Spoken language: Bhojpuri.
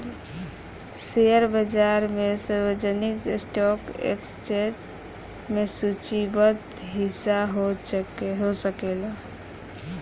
शेयर बाजार में सार्वजनिक स्टॉक एक्सचेंज में सूचीबद्ध हिस्सा हो सकेला